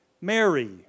Mary